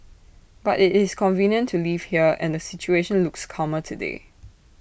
but IT is convenient to live here and the situation looks calmer today